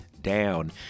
down